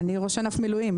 אני ראש ענף מילואים.